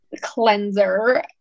cleanser